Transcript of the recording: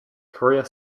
career